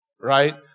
Right